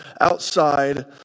outside